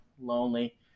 Lonely